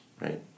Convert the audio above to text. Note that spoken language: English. right